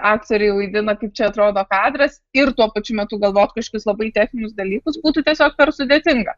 aktoriai vaidina kaip čia atrodo kadras ir tuo pačiu metu galvot kažkokius labai techninius dalykus būtų tiesiog per sudėtinga